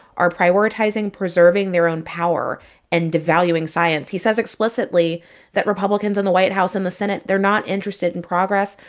are prioritizing preserving their own power and devaluing science. he says explicitly that republicans in the white house and the senate they're not interested in progress.